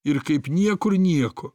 ir kaip niekur nieko